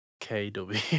K-W